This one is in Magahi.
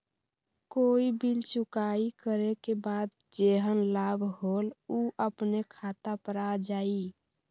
कोई बिल चुकाई करे के बाद जेहन लाभ होल उ अपने खाता पर आ जाई?